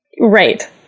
Right